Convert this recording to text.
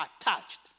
attached